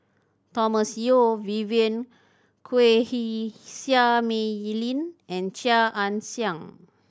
Thomas Yeo Vivien Quahe Seah Mei Lin and Chia Ann Siang